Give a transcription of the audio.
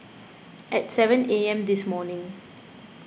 at seven A M this morning